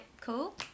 cool